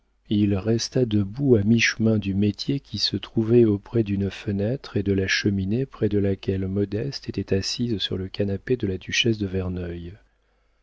il resta debout à mi-chemin du métier qui se trouvait auprès d'une fenêtre et de la cheminée près de laquelle modeste était assise sur le canapé de la duchesse de verneuil